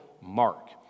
mark